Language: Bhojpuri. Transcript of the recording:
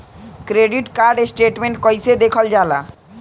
क्रेडिट कार्ड स्टेटमेंट कइसे देखल जाला?